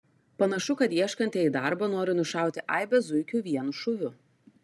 panašu kad ieškantieji darbo nori nušauti aibę zuikių vienu šūviu